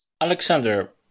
Alexander